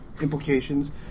implications